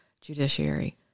judiciary